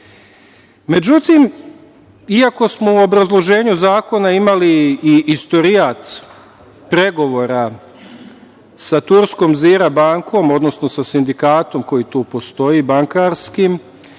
četiri.Međutim, iako smo u obrazloženju zakona imali i istorijat pregovora sa turskom "Zirat" bankom odnosno sa sindikatom koji tu postoji, bankarskim,